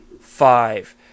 five